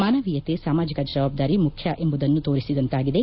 ಮಾನವೀಯತೆ ಸಾಮಾಜಿಕ ಜವಾಬ್ದಾರಿ ಮುಖ್ಯ ಎಂಬುದನ್ನು ತೋರಿಸಿದಂತಾಗಿದೆ